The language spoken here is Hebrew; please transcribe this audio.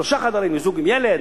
שלושה חדרים לזוג עם ילד,